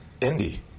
Indy